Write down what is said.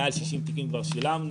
מעל 60 תיקים כבר שילמנו.